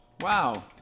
Wow